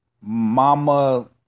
Mama